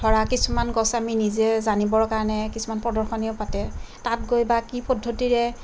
ধৰা কিছুমান গছ আমি নিজেই জানিবৰ কাৰণে কিছুমান প্ৰদৰ্শনীও পাতে তাত গৈ বা কি পদ্ধতিৰে